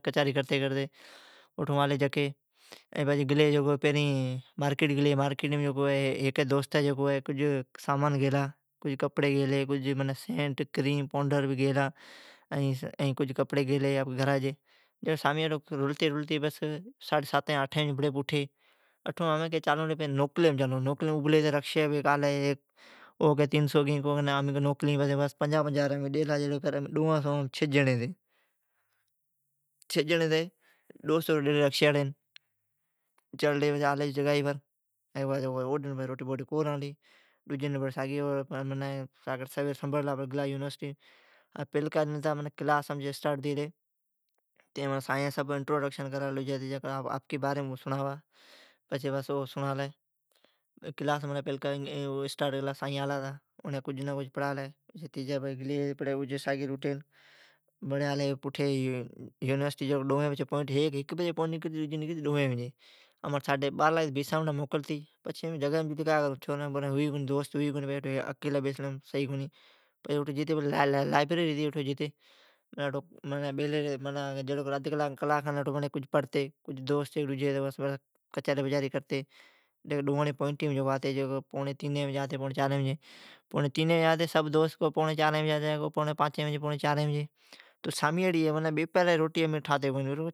آلی جکی۔ ائین او سون پچھی مارکیٹ گلی۔ ھیکی دوستی سامان گیلا کپری ڈجی گیلی۔ سینٹ، کریم، پائونڈر ائین گھرا جی کپڑی گیلی۔ اٹھو رلتی رلتی سامی جی آتھین بجی بڑی پوٹھی۔ چالون لی نوکلیم، ابھلی ھتی پچھی رکشی آلی او کی تین سو روپئی گیئین امین کیلی نا پنجاھ پنجاھ روپیا ڈیئون۔ پچھی امین ڈوئون سوام چھ جیڑین چڑلی ائین آلی جگائی بر ائین او ڈن روٹی ڈجی کو رانلی۔ ڈجی ڈن سویر اوٹھلا گلا یونیسٹی ائین امانٹھ انٹروڈکشن گیلا کان تو امین نوین ھتی۔ ھیک پوئینٹ نکرتی ھک بجی ائین ڈجی نکرتی ڈووین بجی۔ پچھی امین جگائیم جتی کا کرون دوست ھتی کونی پچھی امین پاسیم لائبریری ھتی اویم جتی بولی۔ اٹھو جکو دوست ھتی اون بھیڑی کچھری کرتی ائی ڈووین اڈھایین بجی آتیجگائیم۔ کو سامیجی تینین چارین بجی آتی۔ امین بیپاراڑین روٹی تھوتی کونی،